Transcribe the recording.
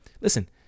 listen